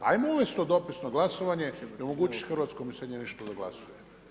Ajmo uvesti to dopisno glasovanje i omogućiti hrvatskom iseljeništvu da glasuje.